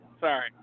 sorry